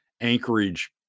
Anchorage